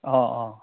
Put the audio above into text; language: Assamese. অঁ অঁ